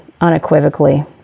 unequivocally